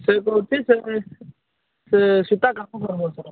ସେ କହୁଛି ସେ ସେ ସେଇଟା କାମ କରିବ ସେ